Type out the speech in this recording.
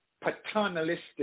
paternalistic